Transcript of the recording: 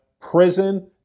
prison